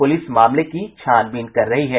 police मामले की जांच कर रही है